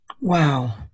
wow